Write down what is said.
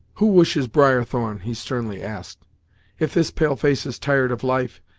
who wishes briarthorn? he sternly asked if this pale-face is tired of life,